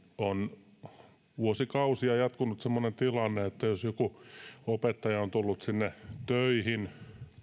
on jo vuosikausia jatkunut semmoinen tilanne että jos joku opettaja on tullut sinne töihin